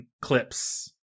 clips